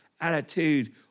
attitude